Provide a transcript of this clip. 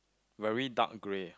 very dark grey